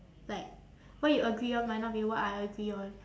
like what you agree on might not be what I agree on